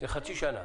לחצי שנה,